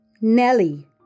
Nelly